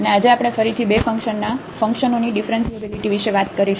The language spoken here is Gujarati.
અને આજે આપણે ફરીથી બે ફંકશનના ફંકશનોની ડીફરન્શીએબીલીટી વિશે વાત કરીશું